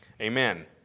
Amen